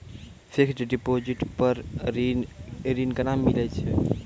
Fixed deposit पर ऋण केना मिलै छै?